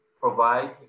provide